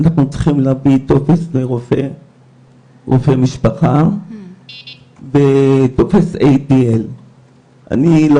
אנחנו צריכים להביא טופס מרופא משפחה וטופס ADL. אני לא